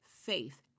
faith